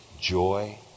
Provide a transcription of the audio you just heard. joy